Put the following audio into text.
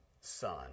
son